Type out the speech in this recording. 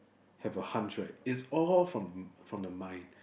have a hunch right it's all from from the mind